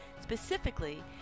specifically